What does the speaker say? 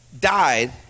died